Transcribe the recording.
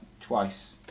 twice